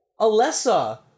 Alessa